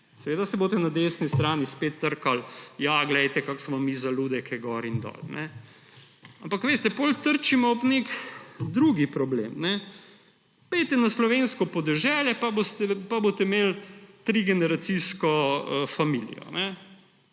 Seveda se boste na desni strani spet trkali, ja, glejte, kako smo mi za ludeke, gor in dol. Ampak potem trčimo ob nek drugi problem. Pojdite na slovensko podeželje pa boste imeli trigeneracijsko familijo,